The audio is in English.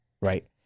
right